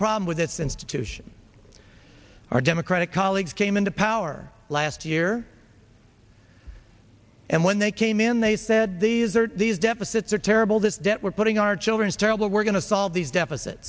problem with this institution our democratic colleagues came into power last year and when they came in they said these are these deficits are terrible this debt we're putting our children's terrible we're going to solve these deficit